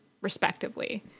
respectively